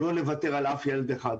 לא נוותר על אף ילד אחד.